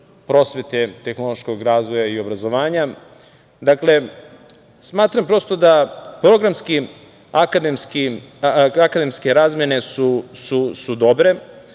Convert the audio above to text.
prosvete, tehnološkog razvoja i obrazovanja, smatram prosto da programski akademske razmene su dobre.